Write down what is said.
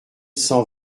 cent